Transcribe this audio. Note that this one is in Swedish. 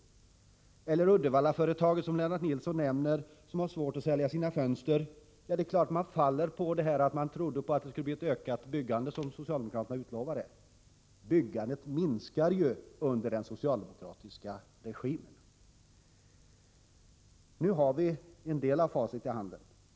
I fråga om det Uddevallaföretag som Lennart Nilsson nämner och som har svårt att sälja sina fönster, är det klart att man faller på att man trodde att det skulle bli ett ökat byggande, som socialdemokraterna utlovade. Byggandet minskar ju under den socialdemokratiska regimen. Nu har vi en del av facit i handen.